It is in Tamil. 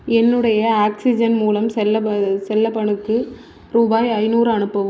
என்னுடைய ஆக்ஸிஜன் மூலம் செல்லப்பனுக்கு ரூபாய் ஐநூறு அனுப்பவும்